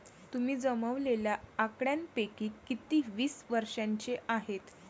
तुम्ही जमवलेल्या आकड्यांपैकी किती वीस वर्षांचे आहेत?